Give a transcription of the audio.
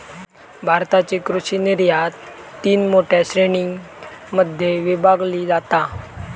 भारताची कृषि निर्यात तीन मोठ्या श्रेणीं मध्ये विभागली जाता